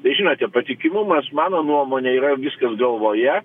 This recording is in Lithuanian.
bet žinote patikimumas mano nuomone yra viskas galvoje